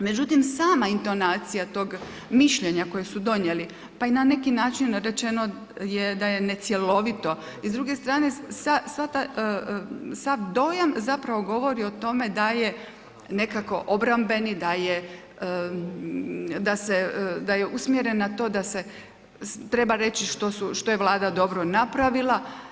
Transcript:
Međutim, sama intonacija tog mišljenja koje su donijeli, pa i na neki način rečeno je da je necjelovito i s druge strane, sav dojam zapravo govori o tome da je nekako obrambeni, da je usmjeren na to da se treba reći što je Vlada dobro napravila.